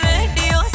Radio